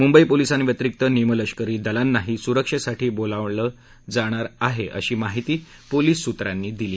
मुंबई पोलिसांव्यतिरिक्त निमलष्करी दलांनाही सुरक्षेसाठी बोलावलं जाणार आहे अशी माहिती पोलीस सूत्रांनी दिली